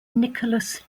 nicholas